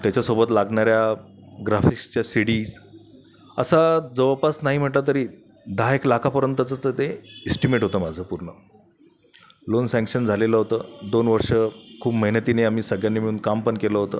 त्याच्यासोबत लागणाऱ्या ग्राफिक्सच्या सी डीज असा जवळपास नाही म्हटला तरी दहाएक लाखापर्यंतचं ते एस्टीमेट होतं माझं पूर्ण लोन सँक्शन झालेलं होतं दोन वर्षं खूप मेहनतीने आम्ही सगळ्यांनी मिळून काम पण केलं होतं